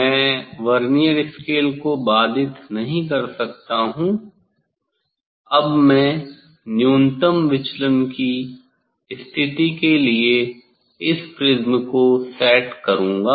मैं vernier scale को बाधित नहीं कर सकता हूं अब मैं न्यूनतम विचलन की स्थिति के लिए इस प्रिज्म को सेट करूंगा